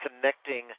connecting